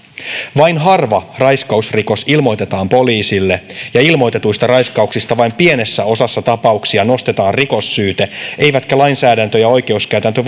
vain harva raiskausrikos ilmoitetaan poliisille ja ilmoitetuista raiskauksista vain pienessä osassa tapauksia nostetaan rikossyyte eivätkä lainsäädäntö ja oikeuskäytäntö